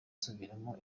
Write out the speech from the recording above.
gusubiramo